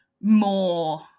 more –